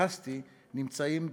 שהתייחסתי אליו, נמצאים בחקירה,